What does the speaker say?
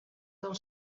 del